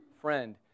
friend